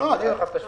מבינים אחד את השני.